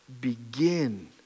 begin